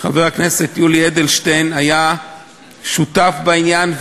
חבר הכנסת יולי אדלשטיין היה שותף בעניין,